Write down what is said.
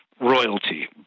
royalty